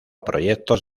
proyectos